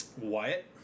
Wyatt